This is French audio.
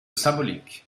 symbolique